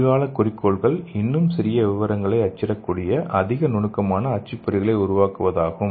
எதிர்கால குறிக்கோள்கள் இன்னும் சிறிய விவரங்களை அச்சிடக்கூடிய அதிக நுணுக்கமான அச்சுப்பொறிகளை உருவாக்குவதாகும்